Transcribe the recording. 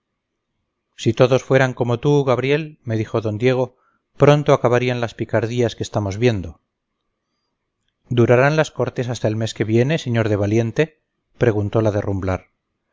si todos fueran como tú gabriel me dijo don diego pronto acabarían las picardías que estamos viendo durarán las cortes hasta el mes que viene señor de valiente preguntó la